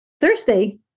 Thursday